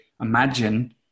imagine